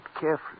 carefully